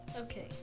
Okay